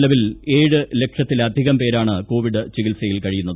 നിലവിൽ ഏഴ് ലക്ഷത്തിലധികം പേരാണ് കോവിഡ് ചികിത്സയിൽ കഴിയുന്നത്